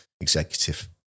executive